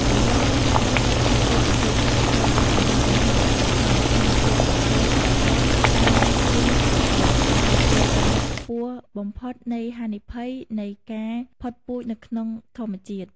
ត្រយងយក្ស ត្រូវបានចាត់ថ្នាក់ជាប្រភេទសត្វ រងការគំរាមកំហែងយ៉ាងធ្ងន់ធ្ងរ នៅក្នុងបញ្ជីក្រហមរបស់ IUCN ដែលជាកម្រិតខ្ពស់បំផុតនៃហានិភ័យនៃការផុតពូជនៅក្នុងធម្មជាតិ។